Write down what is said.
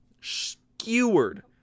skewered